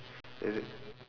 then I said